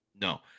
No